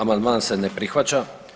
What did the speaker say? Amandman se ne prihvaća.